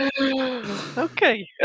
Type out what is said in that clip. Okay